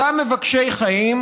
אותם מבקשי חיים,